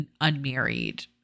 unmarried